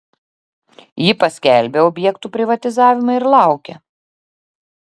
ji paskelbia objektų privatizavimą ir laukia